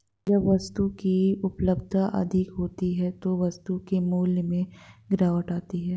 जब वस्तु की उपलब्धता अधिक होती है तो वस्तु के मूल्य में गिरावट आती है